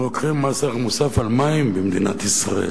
אנחנו לוקחים מס ערך מוסף על מים במדינת ישראל,